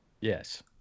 Yes